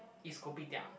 is Kopitiam